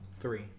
Three